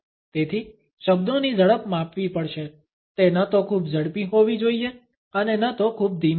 તેથી શબ્દોની ઝડપ માપવી પડશે તે ન તો ખૂબ ઝડપી હોવી જોઈએ અને ન તો ખૂબ ધીમી